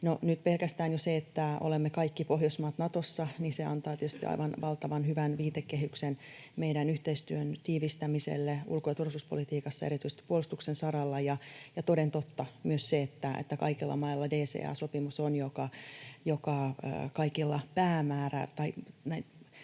nyt pelkästään jo se, että olemme kaikki Pohjoismaat Natossa, antaa tietysti aivan valtavan hyvän viitekehyksen meidän yhteistyön tiivistämiselle ulko- ja turvallisuuspolitiikassa erityisesti puolustuksen saralla. Ja toden totta myös se, että kaikilla mailla on DCA-sopimus, joka on kaikilla tärkeimpien